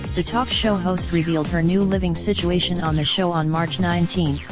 the talk show host revealed her new living situation on the show on march nineteen.